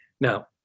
Now